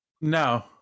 No